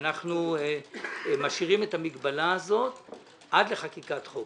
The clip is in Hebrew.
שאנחנו משאירים את המגבלה הזאת עד לחקיקת חוק.